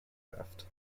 raft